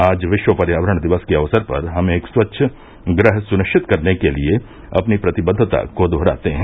आज विश्व पर्यावरण दिवस के अवसर पर हम एक स्वच्छ ग्रह सुनिरिचत करने के लिए अपनी प्रतिबद्वता को दहराते हैं